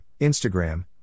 Instagram